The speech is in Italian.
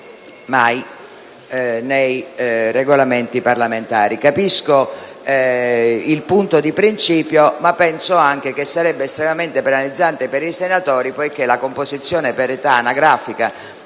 mai nei Regolamenti parlamentari. Capisco il punto di principio, ma penso anche che sarebbe estremamente penalizzante per i senatori poiché l'età anagrafica